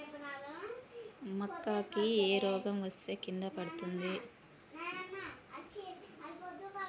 మక్కా కి ఏ రోగం వస్తే కింద పడుతుంది?